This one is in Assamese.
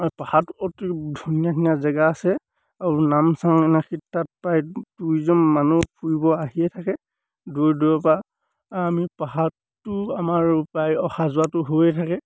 পাহাৰত অতি ধুনীয়া ধুনীয়া জেগা আছে আৰু নামচাং এনেকৈ তাত প্ৰায় টুৰিজিম মানুহ ফুৰিব আহিয়ে থাকে দূৰ দূৰৰপৰা আমি পাহাৰটো আমাৰ প্ৰায় অহা যোৱাটো হৈয়ে থাকে